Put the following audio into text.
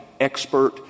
expert